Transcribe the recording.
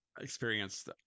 experience